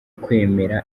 kwemera